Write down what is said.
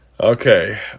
okay